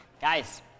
Guys